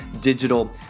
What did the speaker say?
digital